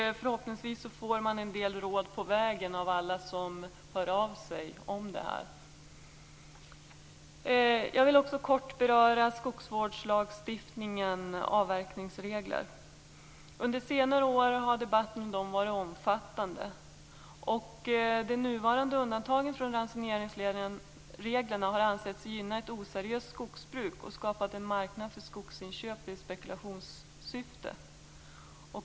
Förhoppningsvis får man en del råd på vägen av alla som hör av sig om detta. Jag vill även kort beröra avverkningsreglerna i skogsvårdslagstiftningen. Under senare år har debatten där varit omfattande. De nuvarande undantagen från ransoneringsreglerna har ansetts gynna ett oseriöst skogsbruk och skapat en marknad för skogsinköp i spekulationssyfte.